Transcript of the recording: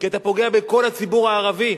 כי אתה פוגע בכל הציבור הערבי,